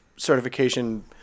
certification